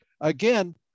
again